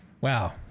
wow